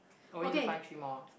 oh we need to find three more